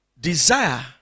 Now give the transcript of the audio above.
Desire